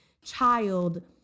child